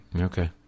Okay